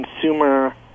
consumer